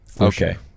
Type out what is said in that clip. Okay